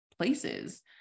places